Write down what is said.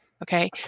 Okay